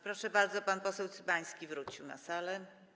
Proszę bardzo, pan poseł Cymański wrócił na salę.